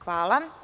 Hvala.